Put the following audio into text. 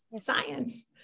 science